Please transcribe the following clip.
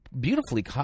beautifully